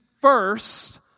first